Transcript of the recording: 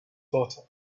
daughter